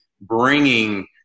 bringing